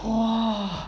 !wow!